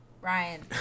Ryan